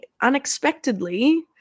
unexpectedly